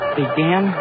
began